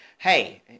Hey